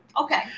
Okay